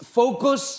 focus